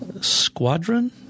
squadron